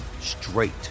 straight